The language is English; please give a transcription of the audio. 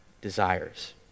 desires